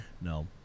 No